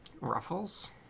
Ruffles